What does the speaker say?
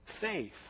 faith